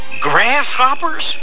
Grasshoppers